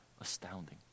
astounding